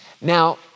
Now